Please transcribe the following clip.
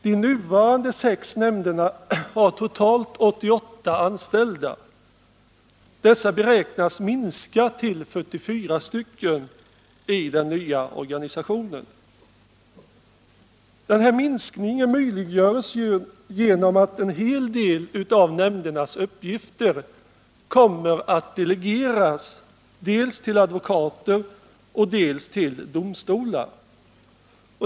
De nuvarande sex nämnderna har totalt 88 anställda. Det antalet beräknas minska till 44 i den nya organisationen. Minskningen möjliggöres genom att en hel del av nämndernas uppgifter kommer att delegeras dels till advokater, dels till domstolar.